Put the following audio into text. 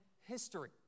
history